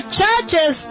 churches